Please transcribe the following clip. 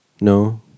No